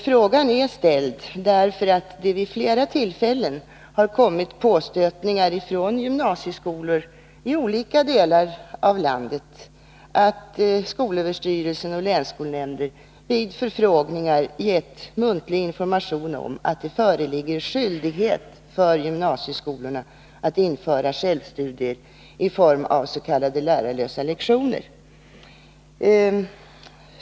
Frågan är ställd därför att det vid flera tillfällen har kommit påstötningar från gymnasieskolor i olika delar av landet att skolöverstyrelsen och länsskolnämnder vid förfrågningar gett muntlig information om att det föreligger skyldighet för gymnasieskolorna att införa självstudier i form av s.k. lärarlösa lektioner.